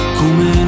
come